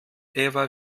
eva